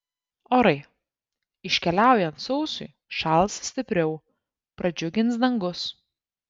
orai iškeliaujant sausiui šals stipriau pradžiugins dangus